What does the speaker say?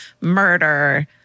murder